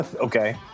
okay